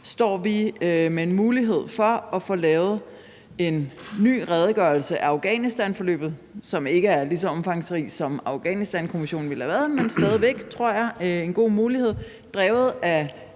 står vi med en mulighed for at få lavet en ny redegørelse af Afghanistanforløbet, som ikke er lige så omfangsrig, som den ville have været med Afghanistankommissionen, men stadig væk, tror jeg, en god mulighed, drevet af